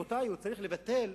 הוא צריך לבטל,